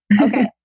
Okay